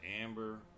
Amber